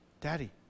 Daddy